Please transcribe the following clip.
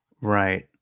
right